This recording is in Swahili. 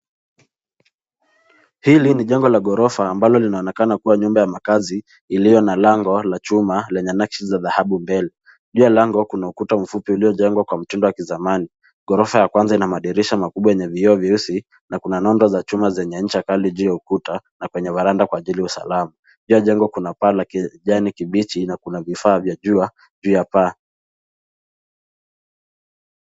Hili ni jengo la ghorofa ambalo linaonekana kuwa nyumba ya makazi iliyo na lango la chuma lenye nakishi za dhahabu mbele. Juu ya lango kuna ukuta mfupi uliojengwa kwa mtindo wa kizamani. Ghorofa ya kwanza ina madirisha makubwa yenye vioo vyeusi na kuna nondo za chuma zenye ncha kali juu ya ukuta na kwenye varanda kwa ajili ya usalama. Juu ya jengo kuna paa la kijani kibishi na kuna vifaa vya jua juu ya paa.